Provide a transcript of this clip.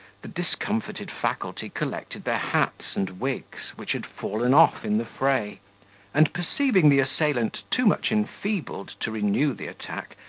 the discomfited faculty collected their hats and wigs, which had fallen off in the fray and perceiving the assailant too much enfeebled to renew the attack,